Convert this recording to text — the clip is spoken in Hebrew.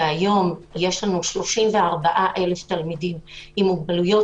והיום יש לנו 34,000 תלמידים עם מוגבלויות